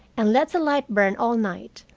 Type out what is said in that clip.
and let the light burn all night,